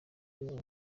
iyobowe